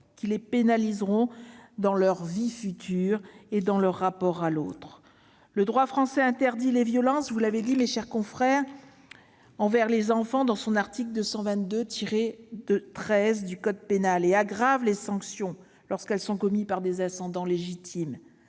qui les pénaliseront dans leur vie future et dans leur rapport à l'autre. Le droit français interdit les violences envers les enfants dans son article 222-13 du code pénal et aggrave les sanctions lorsqu'elles sont commises par des ascendants légitimes.